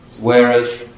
Whereas